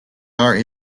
are